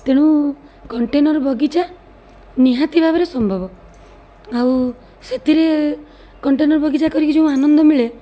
ତେଣୁ କଣ୍ଟେନର୍ ବଗିଚା ନିହାତି ଭାବରେ ସମ୍ଭବ ଆଉ ସେଥିରେ କଣ୍ଟେନର୍ ବଗିଚା କରିକି ଯେଉଁ ଆନନ୍ଦ ମିଳେ